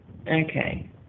Okay